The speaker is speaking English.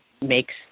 makes